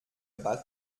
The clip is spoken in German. bald